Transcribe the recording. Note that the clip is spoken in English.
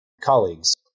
colleagues